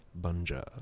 Bunja